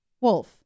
wolf